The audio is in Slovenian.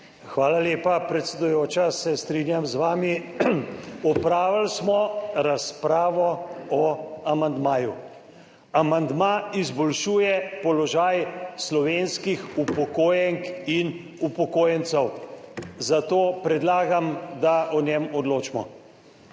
Hvala lepa, predsedujoča, se strinjam z vami. Opravili smo razpravo o amandmaju. Amandma izboljšuje položaj slovenskih upokojenk in upokojencev, zato predlagam, da o njem odločimo.